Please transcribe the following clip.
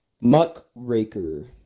Muckraker